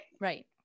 Right